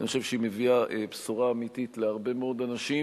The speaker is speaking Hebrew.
אני חושב שהיא מביאה בשורה אמיתית להרבה מאוד אנשים,